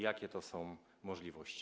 Jakie to są możliwości?